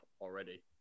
already